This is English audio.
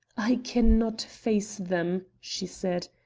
i can not face them, she said.